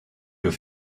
have